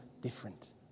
different